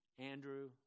Andrew